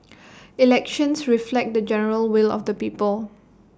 elections reflect the general will of the people